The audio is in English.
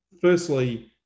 Firstly